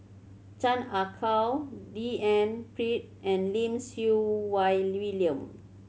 Chan Ah Kow D N Pritt and Lim Siew Wai William